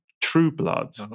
Trueblood